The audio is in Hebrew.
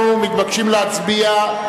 אנחנו מתבקשים להצביע.